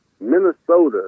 Minnesota